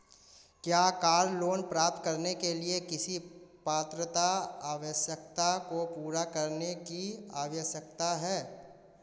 क्या car loan प्राप्त करने के लिए किसी पात्रता आवश्यकता को पूरा करने की आवश्यकता है?